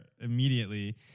immediately